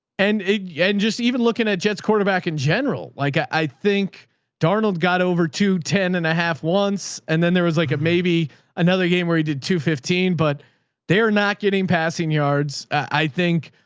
and, yeah and just even looking at jet's quarterback in general, like i i think donald got over two, ten and a half once. and then there was like a, maybe another game where he did two fifteen, but they are not getting passing yards. i think,